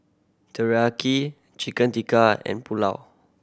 Teriyaki Chicken Tikka and Pulao